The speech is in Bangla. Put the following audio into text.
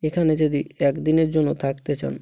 এখানে যদি এক দিনের জন্য থাকতে চান